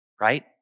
right